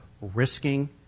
risking